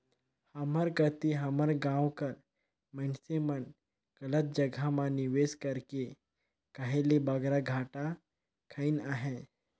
हमर कती हमर गाँव कर मइनसे मन गलत जगहा म निवेस करके कहे ले बगरा घाटा खइन अहें